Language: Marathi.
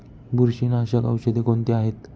बुरशीनाशक औषधे कोणती आहेत?